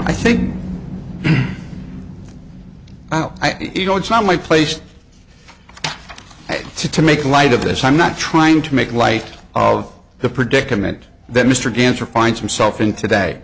i think you know it's not my place to to make light of this i'm not trying to make light of the predicament that mr ganser finds himself in today